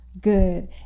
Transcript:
good